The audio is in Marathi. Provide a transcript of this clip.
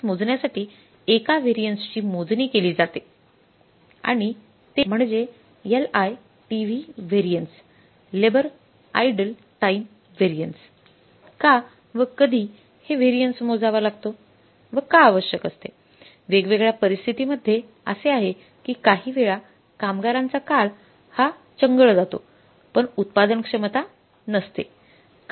यादरम्यान आपण कामगारांची कार्यक्षमता मोजण्यासाठी एका व्हॅरियन्स ची मोजणी केली आहे आणि ते म्हणजे LITV variance labour idle time variance का व कधी हे व्हॅरियन्स मोजावा लागतो व का आवश्यक असते वेगवेगळ्या परिस्थितींमध्ये असे आहे की काही वेळा कामगारांचा काळ हा चंगळ जातो पण उत्पादनक्षम नसतो